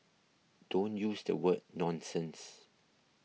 don't use the word nonsense